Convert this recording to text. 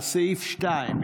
לסעיף 2,